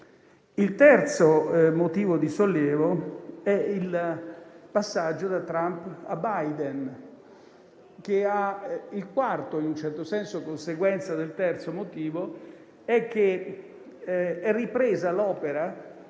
Il terzo motivo di sollievo è il passaggio da Trump a Biden. Il quarto motivo, in un certo senso conseguenza del terzo, è che è ripresa l'opera